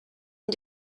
une